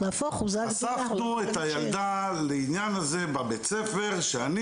חשפנו את הילדה לעניין הזה בבית ספר שאני